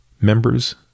Members